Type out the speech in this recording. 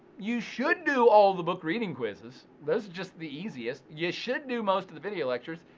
you should do all the book reading quizzes. those are just the easiest. you should do most of the video lectures.